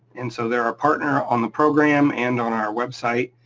and so, they're our partner on the program and on our website,